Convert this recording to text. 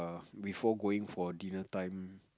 before going for dinner time